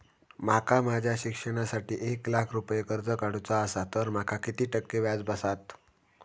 माका माझ्या शिक्षणासाठी एक लाख रुपये कर्ज काढू चा असा तर माका किती टक्के व्याज बसात?